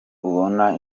ubona